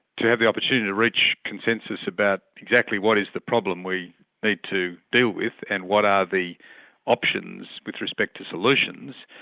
to have the opportunity to reach consensus about exactly what is the problem we need to deal with and what are the options with respect to solutions,